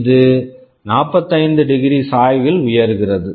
இது 45 டிகிரி சாய்வில் உயர்கிறது